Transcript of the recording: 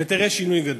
ותראה שינוי גדול.